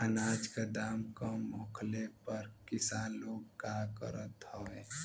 अनाज क दाम कम होखले पर किसान लोग का करत हवे?